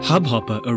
Hubhopper